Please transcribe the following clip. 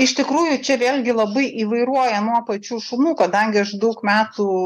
iš tikrųjų čia vėlgi labai įvairuoja nuo pačių šunų kadangi aš daug metų